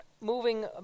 moving